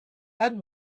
and